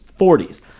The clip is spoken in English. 40s